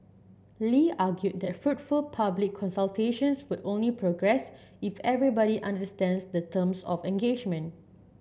Lee argued that fruitful public consultations would only progress if everybody understands the terms of engagement